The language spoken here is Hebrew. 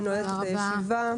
אני נועלת את הישיבה.